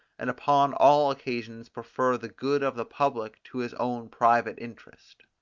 and upon all occasions prefer the good of the public to his own private interest.